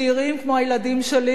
צעירים כמו הילדים שלי,